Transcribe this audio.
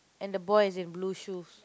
and the boy is in blue shoes